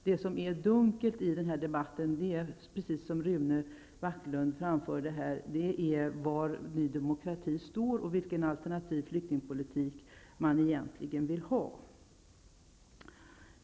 Det som är dunkelt i denna debatt är, precis som Rune Backlund sade, var Ny demokrati står och vilken alternativ flyktingpolitik man egentligen vill ha.